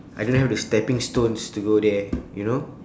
I don't have the stepping stones to go there you know